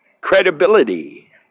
Credibility